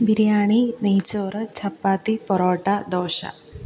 ബിരിയാണി നെയ്ചോറ് ചപ്പാത്തി പൊറോട്ട ദോശ